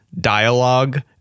dialogue